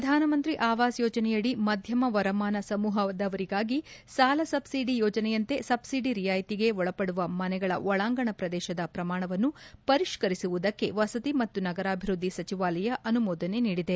ಪ್ರಧಾನಮಂತ್ರಿ ಅವಾಸ್ ಯೋಜನೆಯಡಿ ಮಧ್ಯಮ ವರಮಾನ ಸಮೂಹದವರಿಗಾಗಿನ ಸಾಲ ಸಬ್ಬಡಿ ಯೋಜನೆಯಂತೆ ಸಬ್ಲಿಡಿ ರಿಯಾಯಿತಿಗೆ ಒಳಪಡುವ ಮನೆಗಳ ಒಳಾಂಗಣ ಪ್ರದೇಶದ ಪ್ರಮಾಣವನ್ನು ಪರಿಷ್ಕರಿಸುವುದಕ್ಕೆ ವಸತಿ ಮತ್ತು ನಗರಾಭಿವೃದ್ದಿ ಸಚಿವಾಲಯ ಅನುಮೋದನೆ ನೀಡಿದೆ